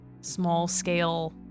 small-scale